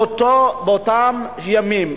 באותם ימים,